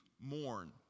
mourn